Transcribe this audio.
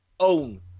own